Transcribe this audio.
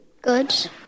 good